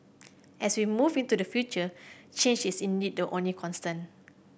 as we move into the future change is indeed the only constant